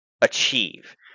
achieve